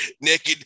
naked